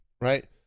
right